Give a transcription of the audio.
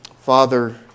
Father